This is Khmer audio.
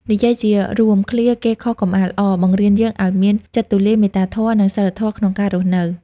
និយាយជារួម ឃ្លា "គេខុសកុំអាលអរ" បង្រៀនយើងឱ្យមាន ចិត្តទូលាយ មេត្តាធម៌ និង សីលធម៌ ក្នុងការរស់នៅ។